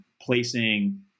placing